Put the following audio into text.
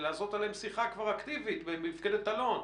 כבר לעשות אתם שיחה אקטיבית ממפקדת אלון.